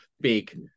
big